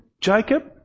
Jacob